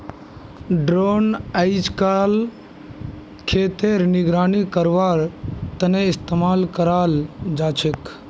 drone अइजकाल खेतेर निगरानी करवार तने इस्तेमाल कराल जाछेक